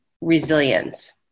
resilience